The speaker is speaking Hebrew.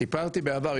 סיפרתי בעבר,